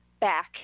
Back